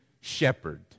shepherd